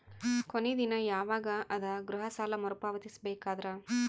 ಕೊನಿ ದಿನ ಯವಾಗ ಅದ ಗೃಹ ಸಾಲ ಮರು ಪಾವತಿಸಬೇಕಾದರ?